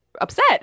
upset